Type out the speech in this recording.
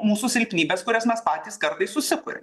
mūsų silpnybės kurias mes patys kartais susikuriam